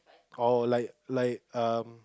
or like like um